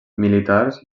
militars